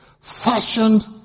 Fashioned